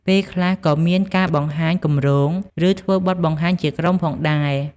ពេលខ្លះក៏មានការបង្ហាញគម្រោង ឬធ្វើបទបង្ហាញជាក្រុមផងដែរ។